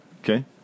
Okay